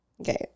Okay